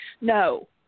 No